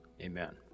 Amen